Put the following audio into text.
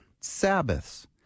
Sabbaths